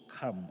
come